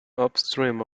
upstream